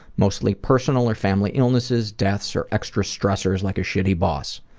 mostly personal or family illnesses, deaths or extra stressors like a shitty boss.